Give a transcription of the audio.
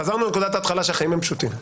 חזרנו לנקודת ההתחלה שהחיים הם פשוטים.